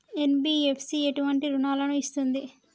NBFC ఎటువంటి రుణాలను ఇస్తుంది?